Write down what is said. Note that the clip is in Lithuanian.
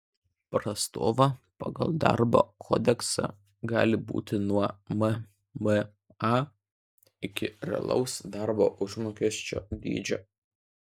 prastova pagal darbo kodeksą gali būti nuo mma iki realaus darbo užmokesčio dydžio